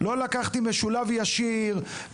לא לקחתי משולב ישיר,